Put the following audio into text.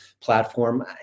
platform